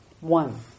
one